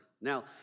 Now